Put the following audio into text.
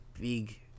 big